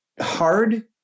hard